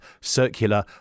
circular